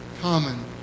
common